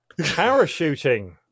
Parachuting